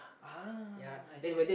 ah I see